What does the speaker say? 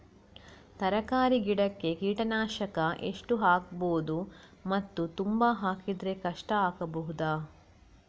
ತರಕಾರಿ ಗಿಡಕ್ಕೆ ಕೀಟನಾಶಕ ಎಷ್ಟು ಹಾಕ್ಬೋದು ಮತ್ತು ತುಂಬಾ ಹಾಕಿದ್ರೆ ಕಷ್ಟ ಆಗಬಹುದ?